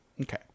Okay